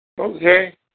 Okay